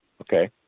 okay